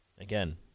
again